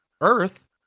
Earth